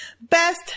Best